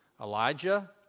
Elijah